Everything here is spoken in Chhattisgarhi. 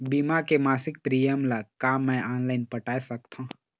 बीमा के मासिक प्रीमियम ला का मैं ऑनलाइन पटाए सकत हो?